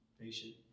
patient